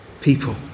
people